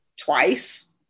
twice